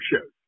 shows